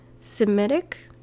Semitic